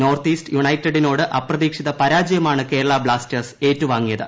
north east യുണൈറ്റഡിനോട് അപ്രതീക്ഷിത പരാജയമാണ് കേരള ബ്ലാസ്റ്റേഴ്സ് ഏറ്റുവാങ്ങിയത്